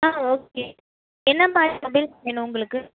ஆ okay என்ன மாதிரி mobiles வேணும் உங்களுக்கு